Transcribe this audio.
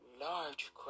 Large